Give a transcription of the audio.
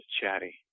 chatty